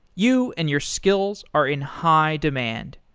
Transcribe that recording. you and your skills are in high demand.